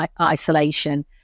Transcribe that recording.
isolation